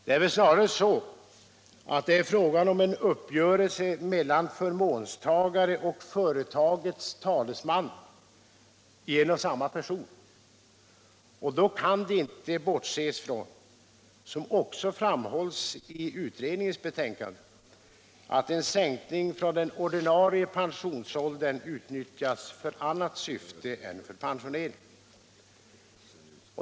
Det är väl snarare så att det är fråga om en uppgörelse mellan förmånstagare och företagets talesman i en och samma person, och då kan det inte bortses från — som också framhålls i utredningens betänkande — att en sänkning från den ordinarie pensionsåldern kan utnyttjas för annat syfte än för pensionering.